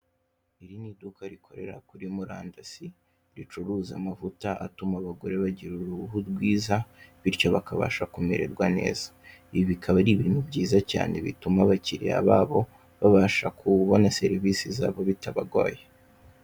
Iri ni iduka rikorera kuri murandasi ricuruza amavuta atuma abagore bagira uruhu rwiza bityo bakabasha kumererwa neza. Ibi bikaba ari ibintu byiza cyane bituma abakiriya babo babasha kubona serivise zabo bitabagoye.